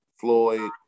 Floyd